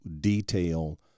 detail